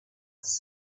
its